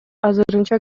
азырынча